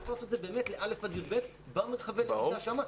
הוא יכול לעשות את זה באמת ל-א' עד י"ב במרחבי הלמידה שם.